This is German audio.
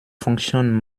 funktion